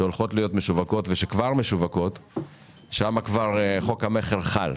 שהולכות להיות משווקות וכבר משווקות, חוק המכר חל.